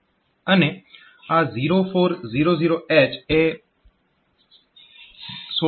અને આ 0400H એ 16 બીટ નંબર છે